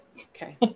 Okay